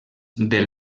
del